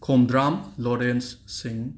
Khomdram Lawrence ꯁꯤꯡ